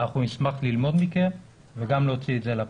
אנחנו נשמח ללמוד מכם וגם להוציא את זה אל הפועל.